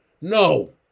No